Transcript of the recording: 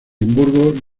edimburgo